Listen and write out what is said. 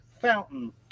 fountain